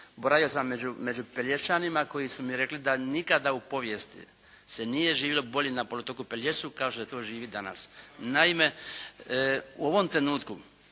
boravio sam među Pelješčanima koji su mi rekli da nikada u povijesti se nije živjelo bolje na poluotoku Pelješču kao što se to živi danas. Naime u ovom trenutku